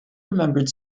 remembered